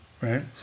Right